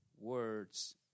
words